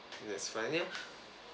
that is fine ya